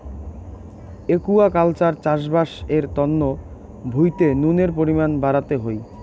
aquaculture চাষবাস এর তন্ন ভুঁইতে নুনের পরিমান বাড়াতে হই